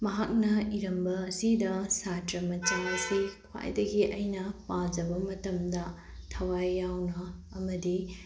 ꯃꯍꯥꯛꯅ ꯏꯔꯝꯕ ꯑꯁꯤꯗ ꯁꯥꯇ꯭ꯔꯥ ꯃꯆꯥ ꯑꯁꯤ ꯈ꯭ꯋꯥꯏꯗꯒꯤ ꯑꯩꯅ ꯄꯥꯖꯕ ꯃꯇꯝꯗ ꯊꯋꯥꯏ ꯌꯥꯎꯅ ꯑꯃꯗꯤ